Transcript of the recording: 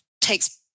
takes